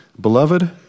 Beloved